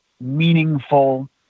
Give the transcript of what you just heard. meaningful